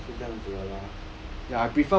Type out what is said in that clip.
ya ya 是这样子的啦